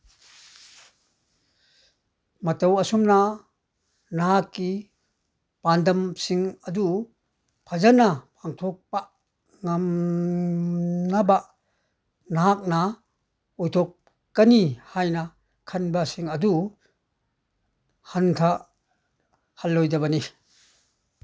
ꯃꯇꯧ ꯑꯁꯨꯝꯅ ꯅꯍꯥꯛꯀꯤ ꯄꯥꯟꯗꯝꯁꯤꯡ ꯑꯗꯨ ꯐꯖꯅ ꯄꯥꯡꯊꯣꯛꯄ ꯉꯝꯅꯕ ꯅꯍꯥꯛꯅ ꯑꯣꯏꯊꯣꯛꯀꯅꯤ ꯍꯥꯏꯅ ꯈꯟꯕꯁꯤꯡ ꯑꯗꯨ ꯍꯟꯊꯍꯜꯂꯣꯏꯗꯕꯅꯤ